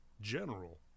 General